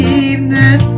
evening